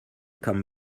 come